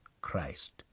Christ